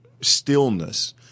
stillness